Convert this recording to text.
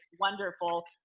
wonderful